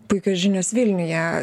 puikios žinios vilniuje